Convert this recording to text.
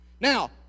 Now